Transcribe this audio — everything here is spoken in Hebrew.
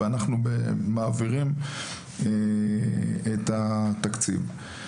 ואנחנו מעבירים את התקציב.